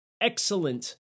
excellent